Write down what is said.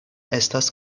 estas